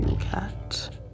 Cat